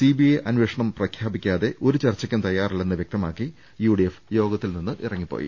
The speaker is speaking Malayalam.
സിബിഐ അന്വേഷണം പ്രഖ്യാപിക്കാതെ ഒരു ചർച്ചയ്ക്കും തയാറല്ലെന്ന് വ്യക്തമാക്കി യുഡിഎഫ് യോഗത്തിൽ നിന്ന് ഇറങ്ങിപ്പോയി